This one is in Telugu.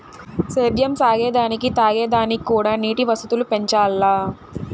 సేద్యం సాగే దానికి తాగే దానిక్కూడా నీటి వసతులు పెంచాల్ల